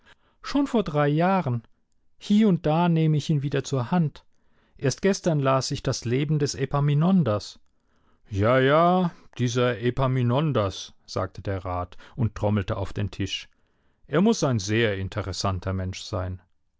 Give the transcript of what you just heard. schon vor drei jahren hie und da nehme ich ihn wieder zur hand erst gestern las ich das leben des epaminondas ja ja dieser epaminondas sagte der rat und trommelte auf den tisch er muß ein sehr interessanter mensch sein